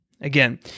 Again